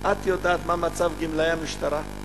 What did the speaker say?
את יודעת מה מצב גמלאי המשטרה?